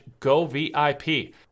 govip